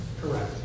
correct